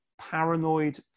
paranoid